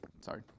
Sorry